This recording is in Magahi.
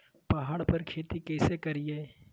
पहाड़ पर खेती कैसे करीये?